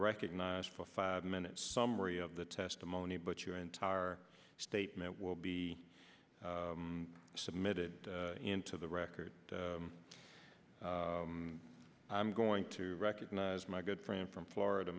recognized for five minutes summary of the testimony but your entire statement will be submitted into the record i'm going to recognize my good friend from florida